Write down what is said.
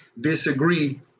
disagree